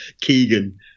Keegan